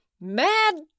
Mad